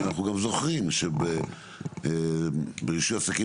אנחנו גם זוכרים שברישוי עסקים,